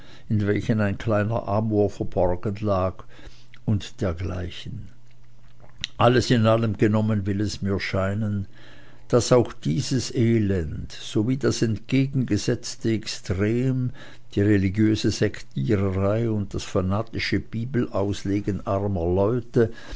in welchen ein kleiner amor verborgen lag und dergleichen alles in allem genommen will es mir scheinen daß auch dieses elend sowohl wie das entgegengesetzte extrem die religiöse sektiererei und das fanatische bibelauslegen armer leute